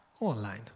Online